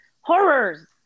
Horrors